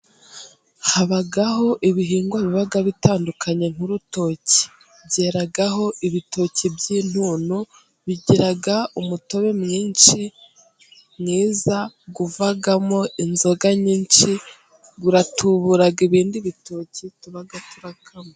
Habaho ibihingwa biba bitandukanye nk'urutoki. Byeraho ibitoki by'intuntu, bigira umutobe mwinshi mwiza, uvamo inzoga nyinshi, bitubura ibindi bitoki tuba dukama.